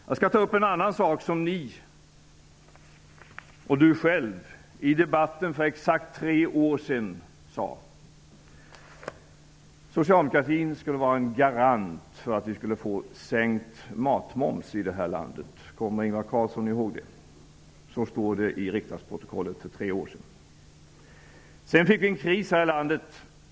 Jag skall ta upp en annan sak som ni i debatten för exakt tre år sedan sade: Socialdemokratin skulle vara en garant för att vi skulle få sänkt matmoms i det här landet. Kommer Ingvar Carlsson ihåg det? Det står att läsa i riksdagens protokoll från för tre år sedan. Sedan fick vi en kris i det här landet.